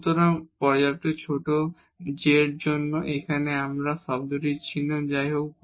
সুতরাং পর্যাপ্ত ছোট h এর জন্য এখানে এই টার্মটির চিহ্ন হবে